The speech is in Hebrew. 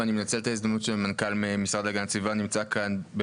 ואני מנצל את ההזדמנות שמנכ"ל משרד להגנת הסביבה נמצא כאן.